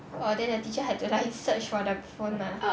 orh then the teacher had to like search for the phone lah